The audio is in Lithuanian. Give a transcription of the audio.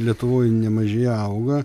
lietuvoj nemažėja auga